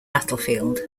battlefield